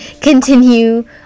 continue